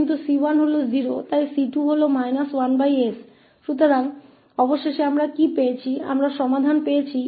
लेकिन c1 0 है इसलिए c2 1s है